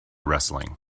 wrestling